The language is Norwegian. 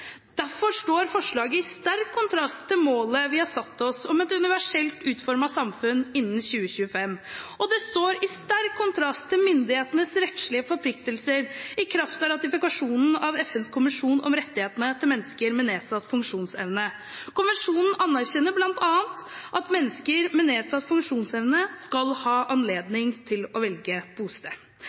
Derfor står forslaget i sterk kontrast til målet vi har satt oss om et universelt utformet samfunn innen 2025, og det står i sterk kontrast til myndighetenes rettslige forpliktelser i kraft av ratifikasjonen av FNs konvensjon om rettighetene til mennesker med nedsatt funksjonsevne. Konvensjonen anerkjenner bl.a. at mennesker med nedsatt funksjonsevne skal ha anledning til å velge bosted.